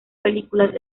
películas